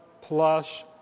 plus